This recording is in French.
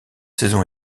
saison